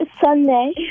Sunday